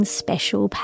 special